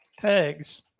tags